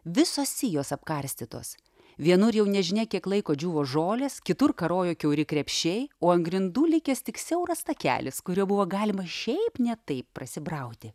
visos sijos apkarstytos vienur jau nežinia kiek laiko džiūvo žolės kitur karojo kiauri krepšiai o ant grindų likęs tik siauras takelis kuriuo buvo galima šiaip ne taip prasibrauti